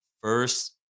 first